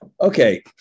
Okay